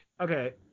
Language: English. okay